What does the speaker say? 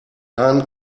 hahn